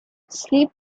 sleep